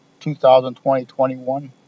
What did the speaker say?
2020-21